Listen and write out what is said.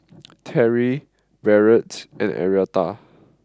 Teri Barrett and Arietta